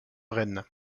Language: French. rennes